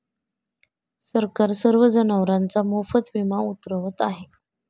सरकार सर्व जनावरांचा मोफत विमा उतरवत आहे